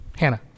Hannah